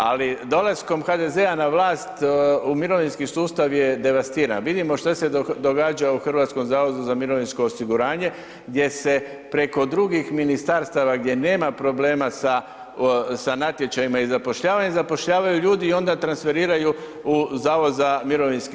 Ali dolaskom HDZ-a na vlast, u mirovinski sustav je devastiran, vidimo što se događa u HZMO-u gdje se preko drugih ministarstava gdje nema problema sa, sa natječajima i zapošljavanjem, zapošljavaju ljudi i onda transferiraju u HZMO.